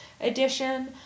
Edition